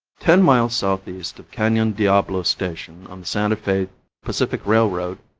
ten miles southeast of canon diablo station on the santa fe pacific railroad,